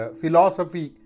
philosophy